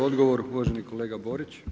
Odgovor uvaženi kolega Borić.